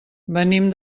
venim